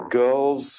girls